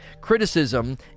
criticism